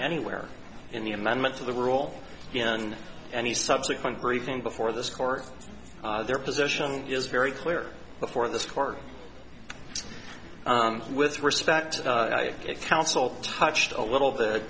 anywhere in the amendment to the rule in any subsequent briefing before this court their position is very clear before this court with respect to counsel touched a little